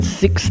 six